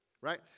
right